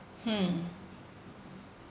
mm